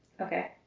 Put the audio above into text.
Okay